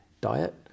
diet